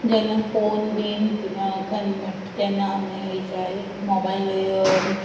जेन्ना फोन बीन केन्ना मोडटा तेन्ना आमी मोबायल